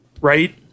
Right